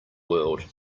world